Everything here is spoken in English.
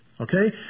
Okay